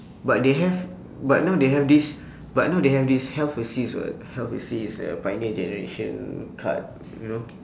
but they have but now they have this but now they have this health assist [what] health assist uh pioneer generation card you know